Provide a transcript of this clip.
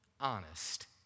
honest